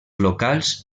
locals